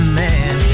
man